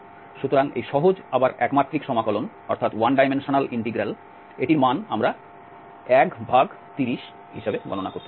সুতরাং এই সহজ আবার একমাত্রিক সমাকলন টির মান আমরা 130 হিসাবে গণনা করতে পারি